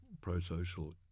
pro-social